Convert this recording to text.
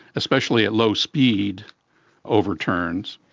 especially at low speed overturns.